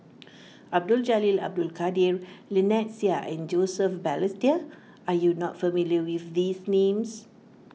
Abdul Jalil Abdul Kadir Lynnette Seah and Joseph Balestier are you not familiar with these names